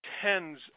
tens